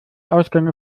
ausgänge